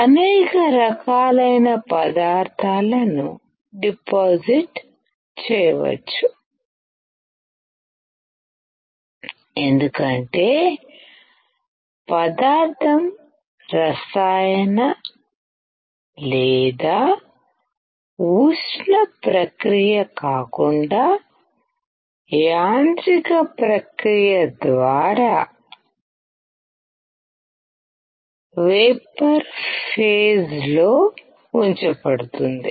అనేక రకాలైన పదార్థాలను డిపాజిట్ చేయవచ్చు ఎందుకంటే పదార్థం రసాయన లేదా ఉష్ణ ప్రక్రియ కాకుండా యాంత్రిక ప్రక్రియ ద్వారా వేపర్ ఫేస్ లో ఉంచబడుతుంది